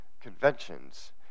conventions